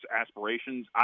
aspirations